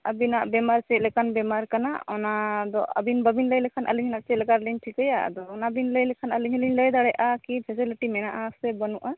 ᱟᱹᱵᱤᱱᱟᱜ ᱵᱮᱢᱟᱨ ᱪᱮᱫ ᱞᱮᱠᱟᱱᱟᱜ ᱵᱮᱢᱟᱨ ᱠᱟᱱᱟ ᱚᱱᱟ ᱫᱚ ᱟᱹᱵᱤᱱ ᱵᱟᱹᱵᱤᱱ ᱞᱟᱹᱭ ᱞᱮᱠᱷᱟᱱ ᱟᱹᱞᱤᱧ ᱦᱚᱸ ᱪᱮᱫ ᱞᱮᱠᱟ ᱨᱮᱞᱤᱧ ᱴᱷᱤᱠᱟᱹᱭᱟ ᱚᱱᱟᱵᱤᱱ ᱞᱟᱹᱭ ᱞᱮᱠᱷᱟᱱ ᱟᱹᱞᱤᱧ ᱦᱚᱸ ᱞᱤᱧ ᱞᱟᱹᱭ ᱫᱟᱲᱮᱭᱟᱜᱼᱟ ᱠᱤ ᱯᱷᱮᱥᱮᱞᱤᱴᱤ ᱢᱮᱱᱟᱜᱼᱟ ᱥᱮ ᱵᱟᱹᱱᱩᱜᱼᱟ